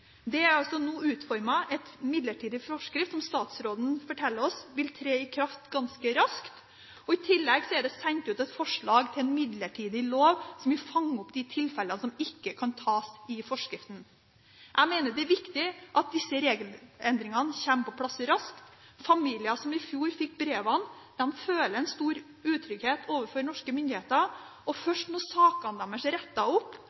Det er altså nå utformet en midlertidig forskrift, som statsråden forteller oss vil tre i kraft ganske raskt. I tillegg er det sendt ut et forslag til en midlertidig lov som vil fange opp de tilfellene som ikke kan tas med i forskriften. Jeg mener det er viktig at disse regelendringene kommer på plass raskt. Familiene som i fjor fikk brevene, føler en stor utrygghet overfor norske myndigheter. Først når sakene deres er rettet opp, vil de igjen føle den stabiliteten og